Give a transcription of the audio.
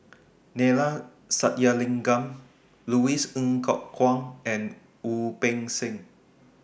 Neila Sathyalingam Louis Ng Kok Kwang and Wu Peng Seng